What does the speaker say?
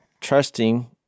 trusting